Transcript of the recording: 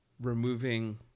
removing